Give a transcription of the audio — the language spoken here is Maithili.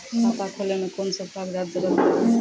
खाता खोलै मे कून सब कागजात जरूरत परतै?